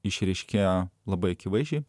išryškėjo labai akivaizdžiai